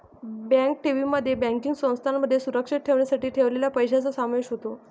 bank ठेवींमध्ये banking संस्थांमध्ये सुरक्षित ठेवण्यासाठी ठेवलेल्या पैशांचा समावेश होतो